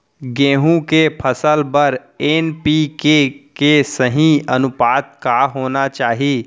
गेहूँ के फसल बर एन.पी.के के सही अनुपात का होना चाही?